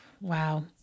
wow